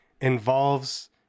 involves